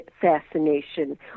fascination